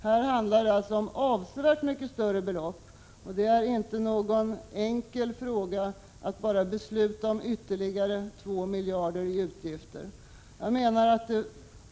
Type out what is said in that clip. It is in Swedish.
Här handlar det om avsevärt större belopp. Det är inte en alldeles enkel fråga att besluta om ytterligare 2 miljarder i utgifter.